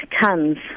tons